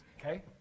Okay